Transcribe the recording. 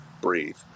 breathe